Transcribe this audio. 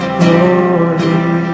glory